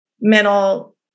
mental